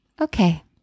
okay